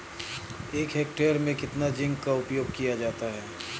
एक हेक्टेयर में कितना जिंक का उपयोग किया जाता है?